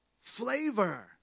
Flavor